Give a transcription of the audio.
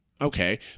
okay